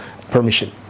permission